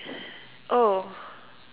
oh